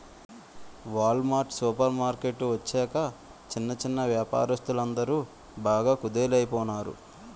wall mart super market వచ్చాక చిన్న చిన్నా వ్యాపారస్తులందరు బాగా కుదేలయిపోనారు